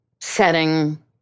setting